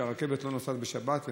שהרכבת לא נוסעת בשבת.